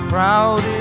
Proud